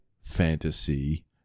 fantasy